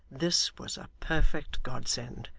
this was a perfect godsend.